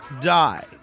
die